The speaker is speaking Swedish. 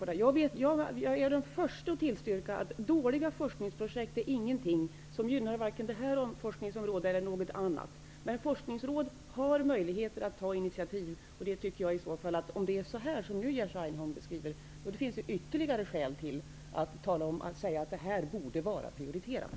Jag är den första att tillstå att dåliga projekt gynnar varken detta eller något annat område, men forskningsrådet har möjlighet att ta initiativ. Om det är såsom Jerzy Einhorn beskriver, finns det ytterligare skäl att uttala att detta område borde vara prioriterat.